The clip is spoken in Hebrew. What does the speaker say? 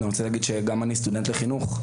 אני סטודנט לחינוך,